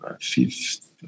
fifth